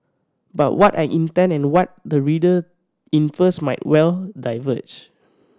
but what I intend and what the reader infers might well diverge